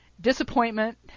disappointment